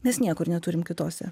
mes niekur neturim kitose